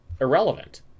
irrelevant